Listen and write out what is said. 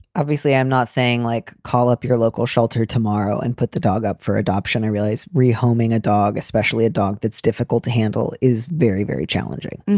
obviously, i'm not saying like call up your local shelter tomorrow and put the dog up for adoption. i realize re homing a dog, especially a dog that's difficult to handle is very, very challenging.